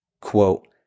Quote